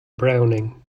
browning